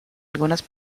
algunas